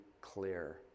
clear